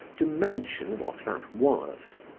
to mention what that was.